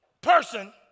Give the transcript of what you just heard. person